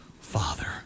Father